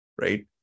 right